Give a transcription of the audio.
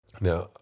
Now